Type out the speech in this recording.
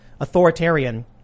authoritarian